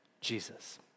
Jesus